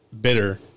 bitter